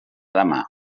demà